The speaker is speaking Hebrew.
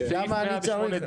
למה אני צריך,